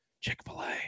Chick-fil-A